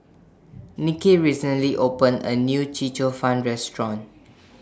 Nicky recently opened A New Chee Cheong Fun Restaurant